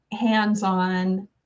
hands-on